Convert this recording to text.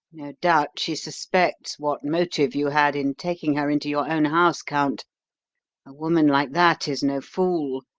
no doubt she suspects what motive you had in taking her into your own house, count a woman like that is no fool.